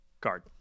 Card